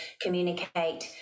communicate